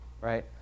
right